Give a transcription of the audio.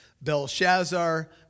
Belshazzar